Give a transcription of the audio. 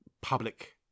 public